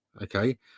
okay